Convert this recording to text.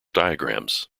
diagrams